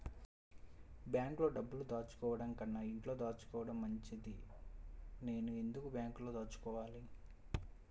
బ్యాంక్లో డబ్బులు దాచుకోవటంకన్నా ఇంట్లో దాచుకోవటం మంచిది నేను ఎందుకు బ్యాంక్లో దాచుకోవాలి?